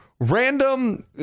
random